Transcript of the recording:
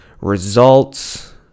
results